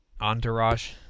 Entourage